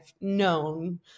known